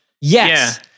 Yes